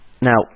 Now